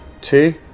two